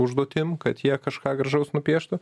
užduotim kad jie kažką gražaus nupieštų